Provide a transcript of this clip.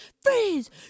freeze